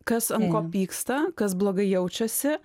kas ant ko pyksta kas blogai jaučiasi